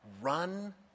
Run